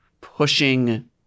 pushing